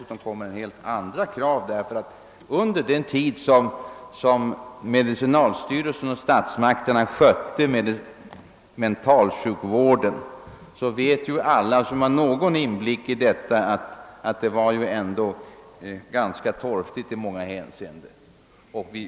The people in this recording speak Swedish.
Alla som har någon inblick i dessa frågor vet att under den tid då medicinalstyrelsen och statsmakterna skötte mentalsjukvården var det ganska torftigt beställt i många avseenden.